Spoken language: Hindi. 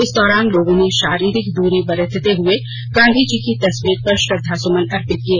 इस दौरान लोगों ने शारीरिक दूरी बरतते हुए गांधी जी की तस्वीर पर श्रद्धा सुमन अर्पित किए